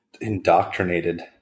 indoctrinated